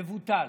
מבוטל.